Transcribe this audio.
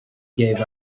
gave